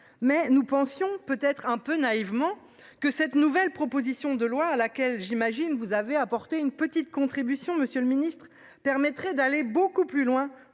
mais nous pensions peut être un peu naïvement que cette nouvelle proposition de loi à laquelle j'imagine vous avez apporté une petite contribution Monsieur le Ministre permettrait d'aller beaucoup plus loin